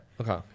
Okay